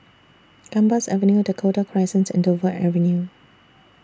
Gambas Avenue Dakota Crescent and Dover Avenue